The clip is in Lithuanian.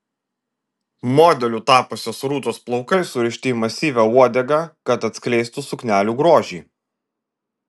modeliu tapusios rūtos plaukai surišti į masyvią uodegą kad atskleistų suknelių grožį